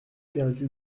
perdu